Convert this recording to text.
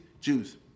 Jews